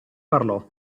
parlò